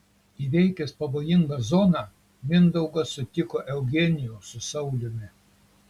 įveikęs pavojingą zoną mindaugas sutiko eugenijų su sauliumi